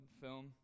film